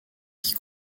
qui